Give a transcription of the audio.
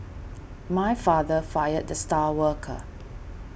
my father fired the star worker